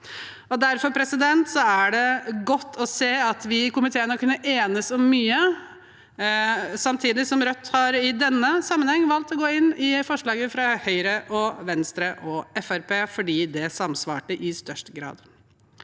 Derfor er det godt å se at vi i komiteen har kunnet enes om mye. Samtidig har Rødt i denne sammenheng valgt å gå inn i forslaget fra Høyre, Venstre og Fremskrittspartiet, fordi det samsvarte i størst grad.